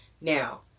Now